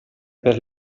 per